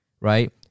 right